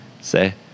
say